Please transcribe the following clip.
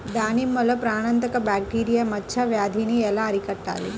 దానిమ్మలో ప్రాణాంతక బ్యాక్టీరియా మచ్చ వ్యాధినీ ఎలా అరికట్టాలి?